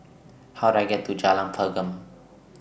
How Do I get to Jalan Pergam